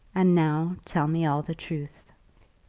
and now tell me all the truth.